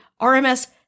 RMS